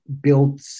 built